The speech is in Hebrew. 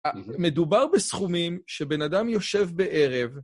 מדובר בסכומים שבן אדם יושב בערב...